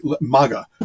MAGA